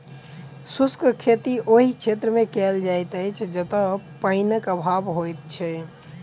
शुष्क खेती ओहि क्षेत्रमे कयल जाइत अछि जतय पाइनक अभाव होइत छै